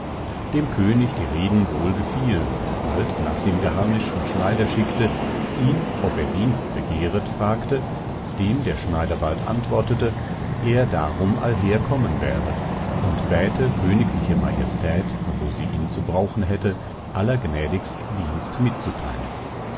dem könig die reden wohl gefielen bald nach dem geharnischten schneider schickte ihn ob er dienst begehret fragte dem der schneider bald antwortete er darum allher kommen wäre und bäte königliche majestät wo sie ihn zu brauchen hätte allergnädigst dienst mitzutheilen